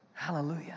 Hallelujah